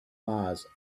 mars